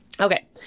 Okay